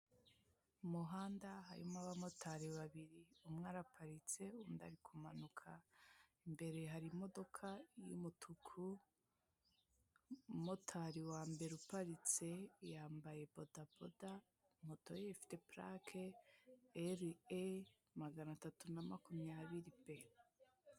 Umuhanda harimo abamotari babiri, umwe araparitse undi ari kumanuka, imbere hari imodoka y'umutuku, umumotari wa mbere uparitse yambaye bodaboda, moto ye ifite pulake RE 320B.